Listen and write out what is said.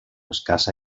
escassa